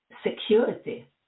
security